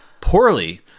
poorly